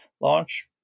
launch